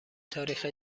تاریخ